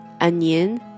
onion